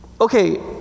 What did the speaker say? okay